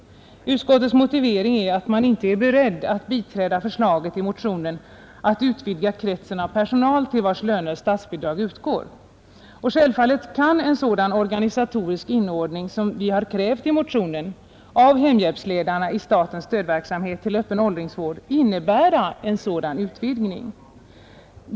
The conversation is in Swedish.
Utskottets motivering är att man inte är beredd att biträda förslaget i motionen att utvidga kretsen av personal till vars löner statsbidrag utgår. Självfallet kan en sådan organisatorisk inordning, som vi har krävt i motionen, av hemhjälpsledarna i statens stödverksamhet till öppen åldringsvård innebära en sådan utvidgning.